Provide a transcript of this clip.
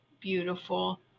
beautiful